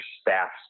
staff's